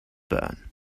burn